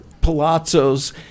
palazzos